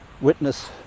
witness